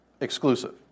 exclusive